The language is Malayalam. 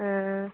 ആ ആ